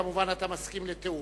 אתה כמובן מסכים לתיאום.